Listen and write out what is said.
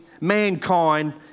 mankind